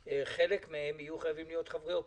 שחלק מהם יהיו חייבים להיות חברי אופוזיציה.